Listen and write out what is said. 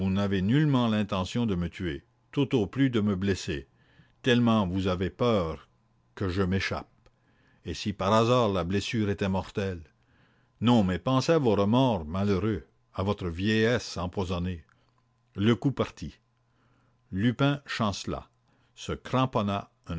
n'avez nullement l'intention de me tuer tout au plus de me blesser tellement vous avez peur que je n'échappe et si par hasard la blessure était mortelle non mais pensez à vos remords malheureux à votre vieillesse empoisonnée le coup partit lupin chancela se cramponna